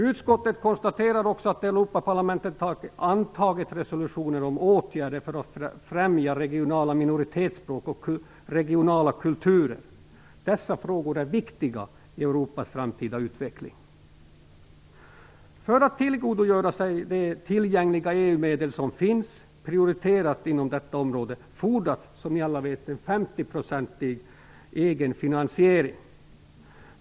Utskottet konstaterar också att Europaparlamentet antagit resolutionen om åtgärder för att främja regionala minoritetsspråk och regionala kulturer. Dessa frågor är viktiga för Europas framtida utveckling. För att man skall kunna tillgodogöra sig de EU medel som prioriterats inom detta område fordras som ni alla vet en 50-procentig egen finansiering.